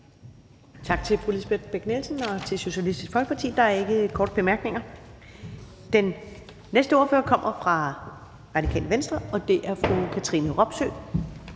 Tak til fru Lisbeth Bech-Nielsen og til Socialistisk Folkeparti. Der er ikke korte bemærkninger. Den næste ordfører kommer fra Radikale Venstre, og det er fru Katrine Robsøe.